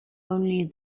only